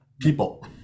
People